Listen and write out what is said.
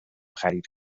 خرید